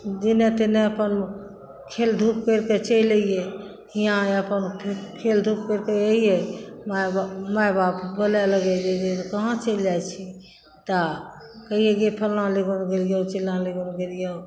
जेने तेने अपन खेल धुप करिके चलि अइयए हियाँ अपन खेल धूप करिके अइयइ माय बाप माय बाप बोलय लागय जे कहाँ चलि जाइ छी तऽ कहियै गे फलना लए गेलियै तऽ चिलना लग गेलियौ